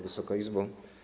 Wysoka Izbo!